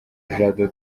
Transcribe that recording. jado